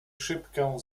szybkę